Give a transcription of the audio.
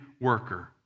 worker